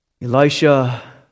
Elisha